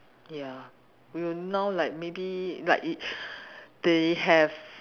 ya you now like maybe like y~ they have